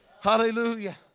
hallelujah